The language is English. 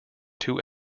two